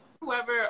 whoever